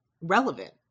relevant